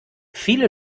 viele